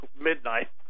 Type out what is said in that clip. midnight